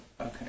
Okay